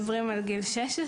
התפקיד שלנו הוא להביא ידע מדויק,